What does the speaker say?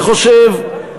אני חושב,